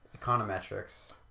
Econometrics